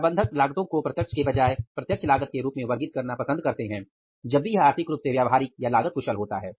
प्रबंधक लागतो को अप्रत्यक्ष के बजाय प्रत्यक्ष लागत के रूप में वर्गीकृत करना पसंद करते हैं जब भी यह आर्थिक रूप से व्यावहारिक या लागत कुशल होता है